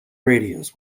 radios